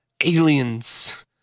aliens